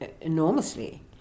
enormously